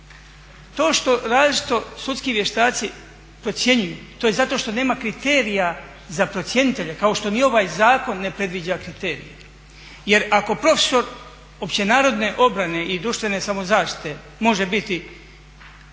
To što različito sudski vještaci procjenjuju to je zato što nema kriterija za procjenitelje kao što ni ovaj zakon ne predviđa kriterije. Jer ako profesor opće narodne obrane i društvene samozaštite može biti